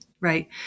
Right